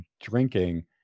drinking